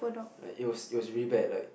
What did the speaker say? like it was it was really bad like